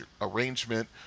Arrangement